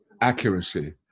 accuracy